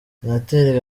senateri